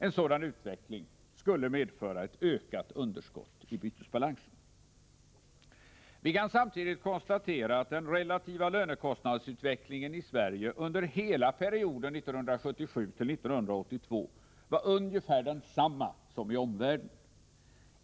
En sådan utveckling skulle medföra ett ökat underskott i bytesbalansen. Vi kan samtidigt konstatera att den relativa lönekostnadsutvecklingen i Sverige under hela perioden 1977-1982 var ungefär densamma som i omvärlden.